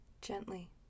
Gently